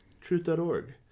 Truth.org